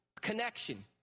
connection